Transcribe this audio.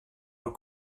l’on